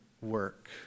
work